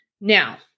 Now